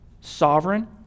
sovereign